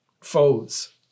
foes